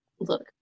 look